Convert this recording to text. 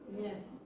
Yes